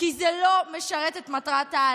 כי זה לא משרת את מטרת-העל.